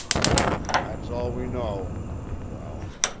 that's all we know, he growled.